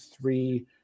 three